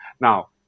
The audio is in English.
Now